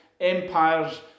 empires